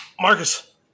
Marcus